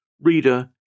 Reader